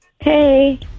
Hey